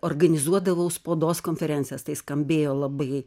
organizuodavau spaudos konferencijas tai skambėjo labai